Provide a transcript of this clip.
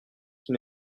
qui